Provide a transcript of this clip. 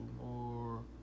more